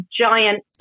giant